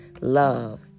love